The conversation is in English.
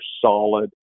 solid